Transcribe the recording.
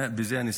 ובזה אני אסיים,